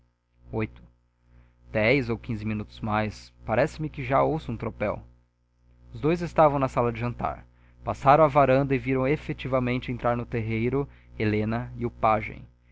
oito dez ou quinze minutos mais parece-me que já ouço um tropel os dois estavam na sala de jantar passaram à varanda e viram efetivamente entrar no terreiro helena e o pajem